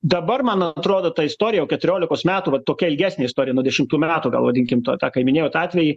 dabar man atrodo ta istorija jau keturiolikos metų va tokia ilgesnė istorija nuo dešimtų metų gal vadinkim to tą kai minėjot atvejį